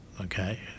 Okay